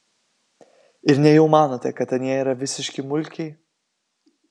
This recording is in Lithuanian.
ir nejau manote kad anie yra visiški mulkiai